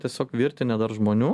tiesiog virtinė dar žmonių